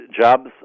Jobs